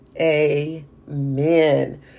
amen